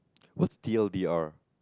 what's T_L_D_R